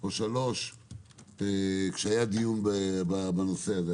או שלוש כשהיה דיון בנושא הזה,